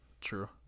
True